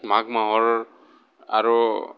মাঘ মাহৰ আৰু